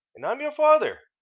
and i'm your father.